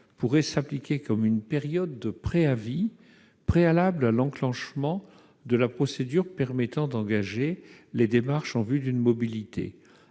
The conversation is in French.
pourrait s'appliquer comme une période de préavis préalable à l'enclenchement de la procédure permettant d'engager les démarches en vue d'une mobilité.